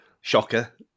shocker